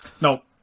No